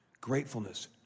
Gratefulness